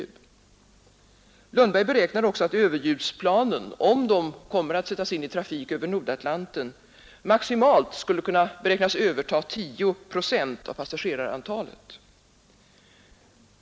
Bo Lundberg anser att överljudsplanen, om de kommer att sättas i trafik över Nordatlanten, maximalt skulle kunna överta 10 procent av passagerarantalet.